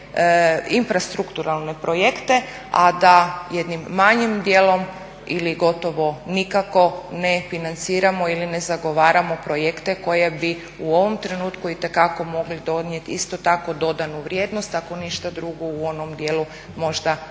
infrastrukturalne projekte a da jednim manjim dijelom ili gotovo nikako ne financiramo ili ne zagovaramo projekte koje bi u ovom trenutku itekako mogli donijeti isto tako dodanu vrijednost, ako ništa drugo u onom dijelu možda boljeg